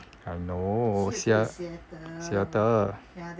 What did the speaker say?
I know seattle